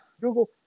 Google